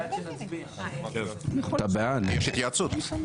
יש התייעצות.